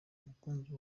umukunzi